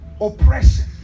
Oppression